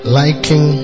liking